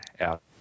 out